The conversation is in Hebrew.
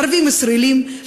ערבים ישראלים,